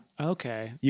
Okay